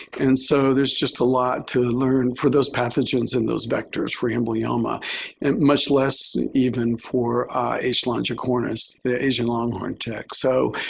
and so there's just a lot to learn for those pathogens and those vectors for amblyomma, and much less even for asian longicornis, the asian long-horned tick. tick. so,